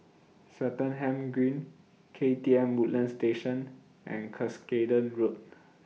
Swettenham Green K T M Woodlands Station and Cuscaden Road